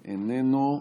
איננו.